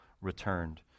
returned